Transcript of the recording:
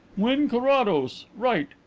wynn carrados, right.